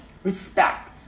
Respect